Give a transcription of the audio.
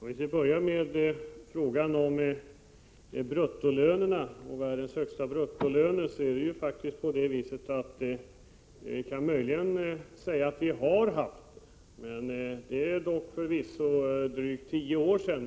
Fru talman! Jag vill börja med frågan om bruttolönerna. Det är dock förvisso drygt tio år sedan vi kunde säga att vi hade världens högsta löner.